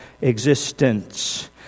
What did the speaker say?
existence